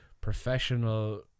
professional